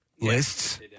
lists